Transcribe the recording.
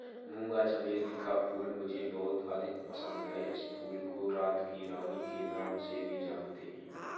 मूंगा चमेली का फूल मुझे बहुत अधिक पसंद है इस फूल को रात की रानी के नाम से भी जानते हैं